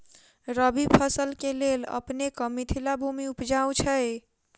रबी फसल केँ लेल अपनेक मिथिला भूमि उपजाउ छै